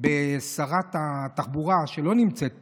בשרת התחבורה, שלא נמצאת פה,